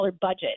budget